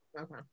Okay